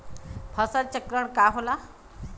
फसल चक्रण का होला?